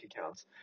accounts